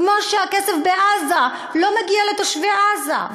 כמו שהכסף בעזה לא מגיע לתושבי עזה,